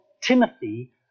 Timothy